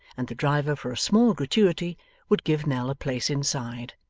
and the driver for a small gratuity would give nell a place inside.